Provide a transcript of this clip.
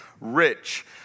Rich